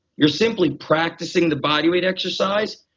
you're simply practicing the body weight exercise.